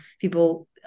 people